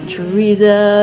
Teresa